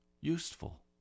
useful